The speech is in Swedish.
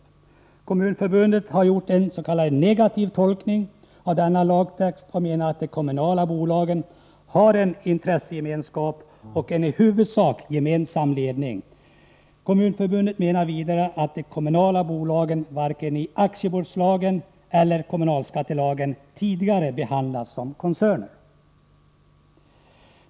Kommunförbundet har gjort en s.k. negativ tolkning av denna lagtext och menar att de kommunala bolagen har en intressegemenskap och en i huvudsak gemensam ledning. Kommunförbundet menar vidare att de kommunala bolagen tidigare varken i aktiebolagslagen eller i kommunalskattelagen har behandlats som koncerner.